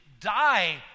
die